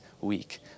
week